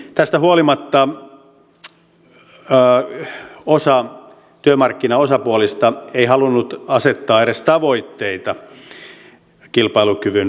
tästä huolimatta osa työmarkkinaosapuolista ei halunnut asettaa edes tavoitteita kilpailukyvyn parantamiseen